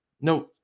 no